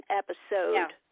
episode